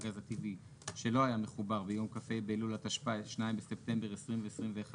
הגז הטבעי שלא היה מחובר ביום כ"ה באלול התשפ"א (2 בספטמבר 2021)